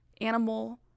animal